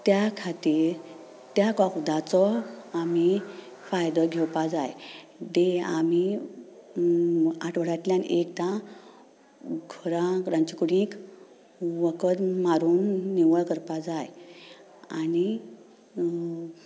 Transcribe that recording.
त्या खातीर त्या वखदांचो आमी फायदो घेवपाक जाय तें आमी आठवड्यांतल्यान एकदां घरांत रांदचे कुडींत वखद मारून निवळ करपाक जाय आनी